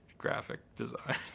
graphic design.